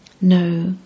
No